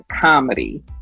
comedy